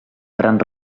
gran